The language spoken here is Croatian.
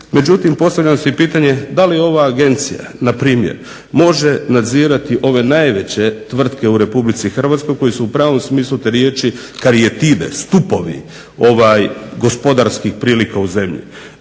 međutim postavljam si pitanje da li ova agencija npr. može nadzirati ove najveće tvrtke u RH koje su u pravom smislu te riječi karijatide, stupovi gospodarskih prilika u zemlji.